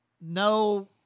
No